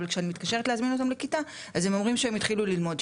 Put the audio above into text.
אבל כשאני מתקשרת להזמין אותם לכיתה אז הם אומרים שהם התחילו ללמוד,